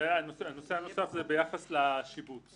הנושא הנוסף הוא ביחס לשיבוץ